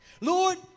Lord